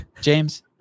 James